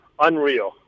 Unreal